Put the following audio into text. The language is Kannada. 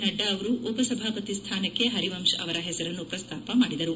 ನಡ್ಡಾ ಅವರು ಉಪಸಭಾವತಿ ಸ್ವಾನಕ್ಕೆ ಪರಿವಂತ್ ಅವರ ಪೆಸರನ್ನು ಪ್ರಸ್ತಾಪ ಮಾಡಿದರು